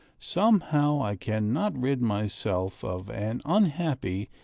somehow i cannot rid myself of an unhappy,